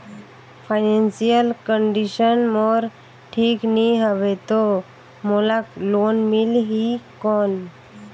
Financial condition मोर ठीक नी हवे तो मोला लोन मिल ही कौन??